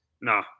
No